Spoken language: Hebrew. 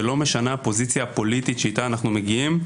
ולא משנה הפוזיציה הפוליטית שאיתה אנחנו מגיעים,